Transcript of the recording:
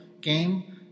game